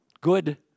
good